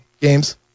games